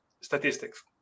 statistics